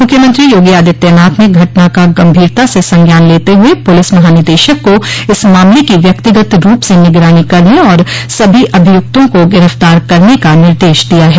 मुख्यमंत्री योगी आदित्यनाथ ने घटना का गंभीरता से संज्ञान लेते हुए पुलिस महानिदेशक को इस मामले की व्यक्तिगत रूप से निगरानी करने और सभी अभियुक्तों को गिरफ़्तार करने का निर्देश दिया है